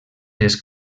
les